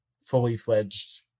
fully-fledged